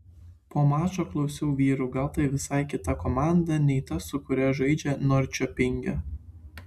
po mačo klausiau vyrų gal tai visai kita komanda nei ta su kuria žaista norčiopinge